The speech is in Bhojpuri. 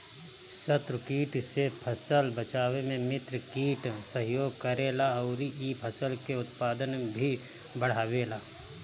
शत्रु कीट से फसल बचावे में मित्र कीट सहयोग करेला अउरी इ फसल के उत्पादन भी बढ़ावेला